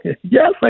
Yes